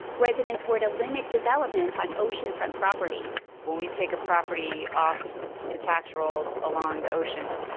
residents were to limit development on oceanfront property when we take a property off the tax rolls along the ocean,